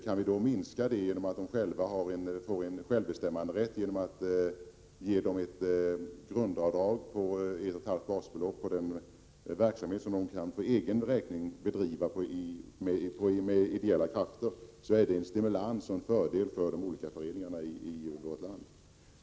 Kan vi minska det beroendet och öka föreningarnas självbestämmande genom att ge dem ett grundavdrag på ett och ett halvt basbelopp på den verksamhet som de kan för egen räkning bedriva med hjälp av ideella krafter, är det en stimulans och en fördel för de ideella föreningarna i vårt land.